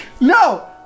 No